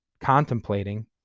contemplating